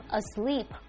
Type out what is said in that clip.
asleep